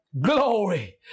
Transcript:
Glory